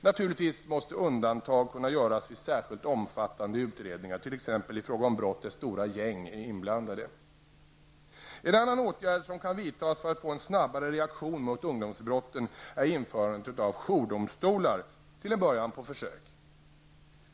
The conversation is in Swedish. Naturligtvis måste undantag kunna göras vid särskilt omfattande utredningar, t.ex. i fråga om brott där stora gäng är inblandade. En annan åtgärd som kan vidtas för att få en snabbare reaktion mot ungdomsbrotten är införandet av jourdomstolar, till en början på försök.